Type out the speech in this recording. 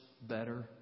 better